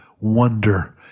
wonder